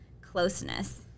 closeness